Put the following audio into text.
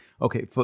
Okay